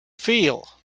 feel